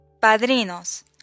Padrinos